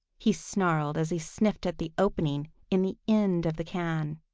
he snarled, as he sniffed at the opening in the end of the can.